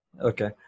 Okay